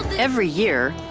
every year,